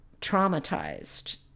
traumatized